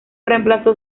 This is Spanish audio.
reemplazó